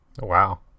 Wow